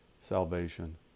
salvation